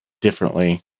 differently